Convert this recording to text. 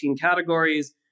categories